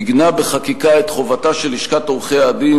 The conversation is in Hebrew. עיגנה בחקיקה את חובתה של לשכת עורכי-הדין